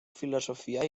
filosofia